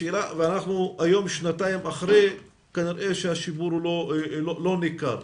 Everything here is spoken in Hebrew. ואנחנו היום שנתיים אחרי, כנראה שהשיפור לא ניכר.